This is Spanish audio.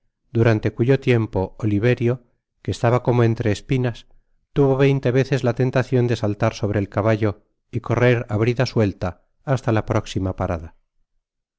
durante cuyo tiempo oliverio que estaba como entre espinas tuvo veinte veces la tenlacion de saltar sobre el caballo y correr á brida suelta hasta la próesima parada